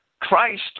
Christ